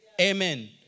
Amen